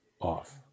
off